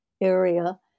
area